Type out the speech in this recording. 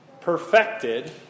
perfected